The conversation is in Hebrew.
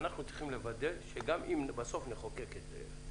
אנחנו צריכים לוודא שאם בסוף נחוקק את זה,